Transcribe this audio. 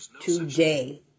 today